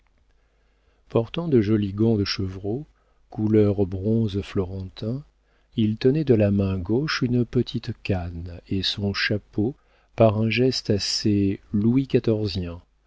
portant de jolis gants de chevreau couleur bronze florentin il tenait de la main gauche une petite canne et son chapeau par un geste assez louis quatorzien